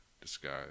disguise